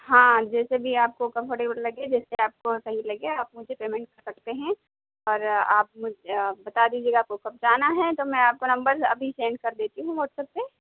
ہاں جیسے بھی آپ کو کمفرٹیبل لگے جیسے آپ کو صحیح لگے آپ مجھے پیمینٹ کرتے ہیں اور آپ مجھ بتا دیجیے گا آپ کو کب جانا ہے تو میں آپ کو نمبر ابھی سینڈ کر دیتی ہوں وٹسپ پہ